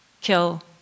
kill